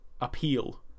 appeal